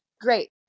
great